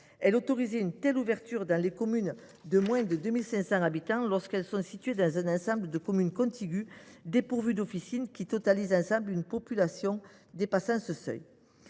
loi autorisait ainsi les ouvertures dans les communes de moins de 2 500 habitants, lorsqu’elles sont situées dans un ensemble de communes contiguës dépourvues d’officine qui totalisent, ensemble, une population dépassant ce seuil.